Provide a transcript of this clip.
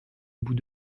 bout